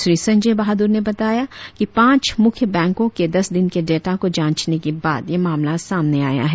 श्री संजय बाहादूर ने कहा कि पांच मुख्य बैंको के दस दिन के डेटा को जांचने के बाद यह मामला सामना आया है